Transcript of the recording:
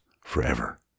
forever